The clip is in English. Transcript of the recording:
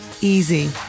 easy